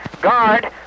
guard